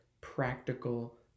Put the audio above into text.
practical